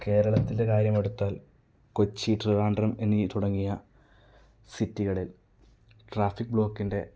കേരളത്തിലെ കാര്യം എടുത്താൽ കൊച്ചി ട്രിവാൻഡ്രം എന്നീ തുടങ്ങിയ സിറ്റികളിൽ ട്രാഫിക് ബ്ലോക്കിൻ്റെ